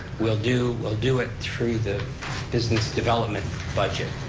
we'll do we'll do it through the business development budget,